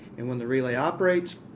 and when the relay operates,